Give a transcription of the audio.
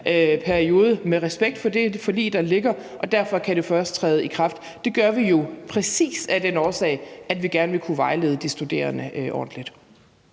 periode med respekt for det forlig, der ligger, og derfor kan den først træde i kraft der. Det gør vi jo præcis af den årsag, at vi gerne vil kunne vejlede de studerende ordentligt.